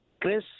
Chris